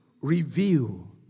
reveal